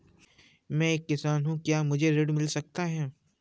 मैं एक किसान हूँ क्या मुझे ऋण मिल सकता है?